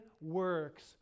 works